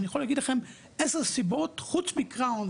אני יכול להגיד לכם 10 סיבות חוץ מקרוהן